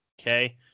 Okay